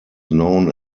known